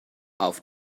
auf